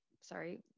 sorry